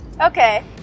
Okay